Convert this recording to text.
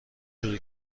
شروع